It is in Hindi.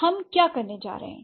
अब हम क्या करने जा रहे हैं